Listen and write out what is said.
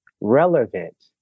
relevant